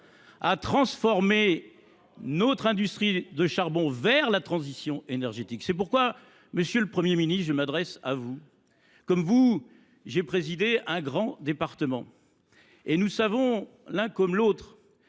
centrale nous permettant d’aller vers la transition énergétique. C’est pourquoi, monsieur le Premier ministre, je m’adresse à vous. Comme vous, j’ai présidé un grand département. Nous savons l’un comme l’autre